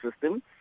system